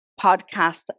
podcast